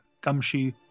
Gumshoe